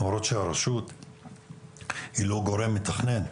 למרות שהרשות היא לא גורם מתכנן.